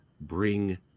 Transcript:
bring